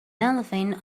elephant